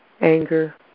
anger